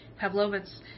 Pavlovitz